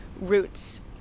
roots